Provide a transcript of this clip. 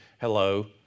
Hello